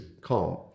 calm